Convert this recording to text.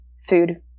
food